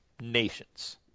nations